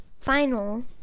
final